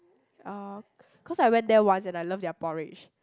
uh cause I went there once and I love their porridge